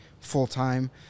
full-time